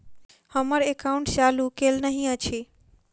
हम्मर एकाउंट चालू केल नहि अछि?